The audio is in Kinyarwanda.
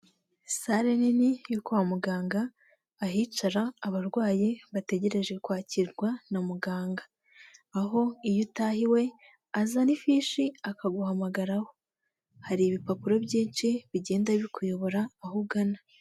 Sale nini yo kwa muganga, ahicara abarwayi bategereje kwakirwa na muganga, aho iyo utahiwe, azana ifishi akaguhamagaraho, hari ibipapuro byinshi bigenda bikuyobora aho ugana.